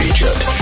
Egypt